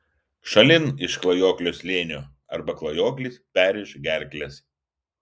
šalin iš klajoklio slėnio arba klajoklis perrėš gerkles